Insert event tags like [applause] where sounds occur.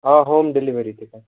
آ home delivery تہِ [unintelligible]